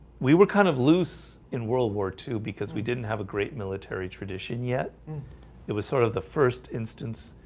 we were kind of loose in world war two because we didn't have a great military tradition yet it was sort of the first instance.